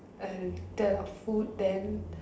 uh there are food then